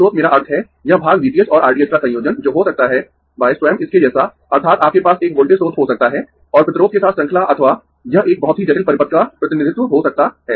स्रोत मेरा अर्थ है यह भाग V t h और R t h का संयोजन जो हो सकता है स्वयं इसके जैसा अर्थात् आपके पास एक वोल्टेज स्रोत हो सकता था और प्रतिरोध के साथ श्रृंखला अथवा यह एक बहुत ही जटिल परिपथ का प्रतिनिधित्व हो सकता है